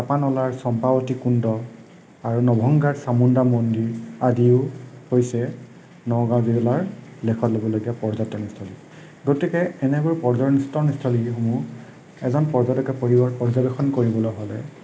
চাপানলাৰ চম্পাৱতী কুণ্ড আৰু নভঙগাৰ চামুণ্ডা মন্দিৰ আদিও হৈছে নগাওঁ জিলাৰ লেখতলবলগীয়া পৰ্যটনস্থলী গতিকে এনেবোৰ পৰ্যটনস্থলীসমূহ এজন পৰ্যটকে পৰ্য্যবেক্ষণ কৰিবলৈ হ'লে